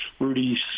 Rudy's